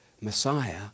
Messiah